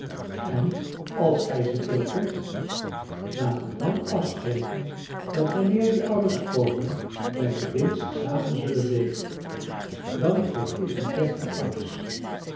en als gij ze terugvindt laten we dan afspreken dat wanneer die ouders komen wij de winst samen zullen deelen dan geef ik u dertig